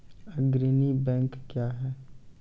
अग्रणी बैंक क्या हैं?